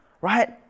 right